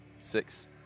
six